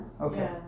Okay